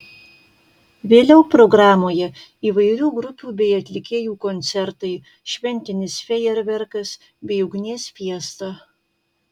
vėliau programoje įvairių grupių bei atlikėjų koncertai šventinis fejerverkas bei ugnies fiesta